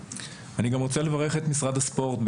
אני גם רוצה לברך את משרד הספורט,